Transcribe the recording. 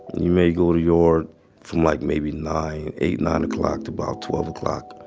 you may go to yard from like maybe nine, eight, nine o'clock to about twelve o'clock.